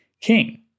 king